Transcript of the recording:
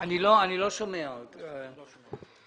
לא נעשה לא מקצועי.